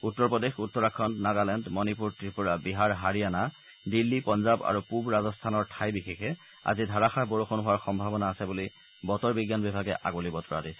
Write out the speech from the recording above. উত্তৰ প্ৰদেশ উত্তৰাখণ্ড নগালেণ্ড মণিপুৰ ত্ৰিপুৰা বিহাৰ হাৰিয়ানা দিল্লী পঞ্জাব আৰু পুব ৰাজস্থানৰ ঠাই বিশেষে আজি ধাৰাষাৰ বৰষূণ হোৱাৰ সম্ভাৱনা আছে বুলি বতৰ বিজ্ঞান বিভাগে আগলি বতৰা দিছে